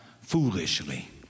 foolishly